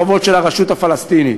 חובות של הרשות הפלסטינית.